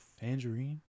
tangerine